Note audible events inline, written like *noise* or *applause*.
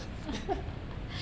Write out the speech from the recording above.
*laughs*